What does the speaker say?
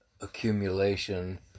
accumulation